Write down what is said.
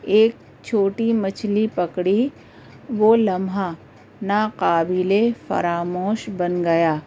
ایک چھوٹی مچھلی پکڑی وہ لمحہ ناقابل فراموش بن گیا